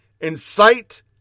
incite